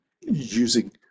using